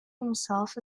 himself